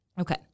Okay